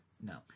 No